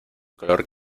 color